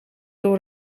door